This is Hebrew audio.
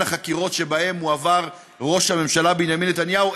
החקירות שעבר ראש הממשלה בנימין נתניהו,